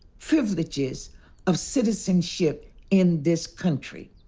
privileges of citizenship in this country.